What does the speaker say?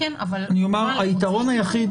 היתרון היחיד